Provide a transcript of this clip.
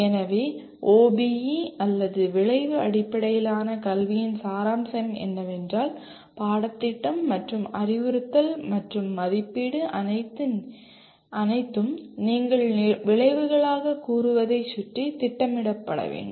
எனவே OBE அல்லது விளைவு அடிப்படையிலான கல்வியின் சாராம்சம் என்னவென்றால் பாடத்திட்டம் மற்றும் அறிவுறுத்தல் மற்றும் மதிப்பீடு அனைத்தும் நீங்கள் விளைவுகளாகக் கூறுவதைச் சுற்றி திட்டமிடப்பட வேண்டும்